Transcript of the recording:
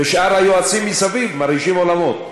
ושאר היועצים מסביב מרעישים עולמות.